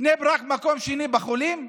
בני ברק, מקום שני בחולים,